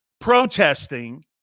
protesting